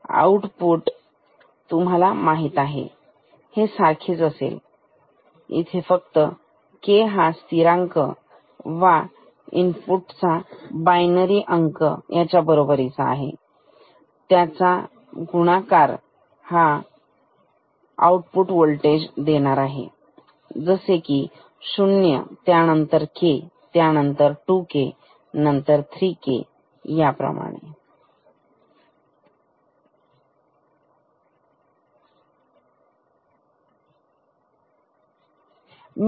output तुम्हाला माहित आहे हे सारखेच असेल K या स्थिरांक चा इनपुट च्या बायनरी अंका बरोबर चा गुणाकार तर आउटपुट वोल्टेज बदलेल जसे शून्य त्यानंतर K त्यानंतर 2Kनंतर 3K असेच पुढे